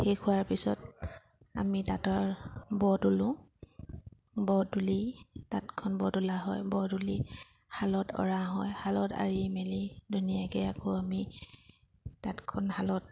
শেষ হোৱাৰ পিছত আমি তাঁতৰ ব তুলোঁ বুলি তাঁতখন ব তোলা হয় ব তুলি শালত অঁৰা হয় শালত আঁৰি মেলি ধুনীয়াকৈ আকৌ আমি তাঁতখন শালত